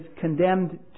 condemned